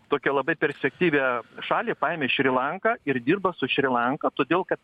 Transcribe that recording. tokią labai perspektyvią šalį paėmė šri lanką ir dirba su šri lanka todėl kad